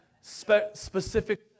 specific